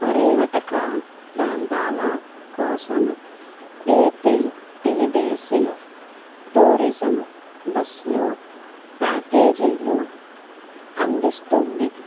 పర్యాటక ప్రాంతాల కోసం ఏపీటిడిసి టూరిజం బస్లు ప్యాకేజీలు అందిస్తుంది